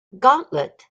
gauntlet